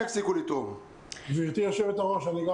גברתי היושבת-ראש, אני גם